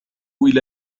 إلى